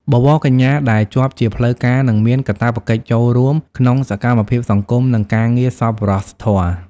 បវរកញ្ញាដែលជាប់ជាផ្លូវការនឹងមានកាតព្វកិច្ចចូលរួមក្នុងសកម្មភាពសង្គមនិងការងារសប្បុរសធម៌។